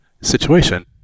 situation